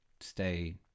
stay